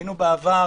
היינו בעבר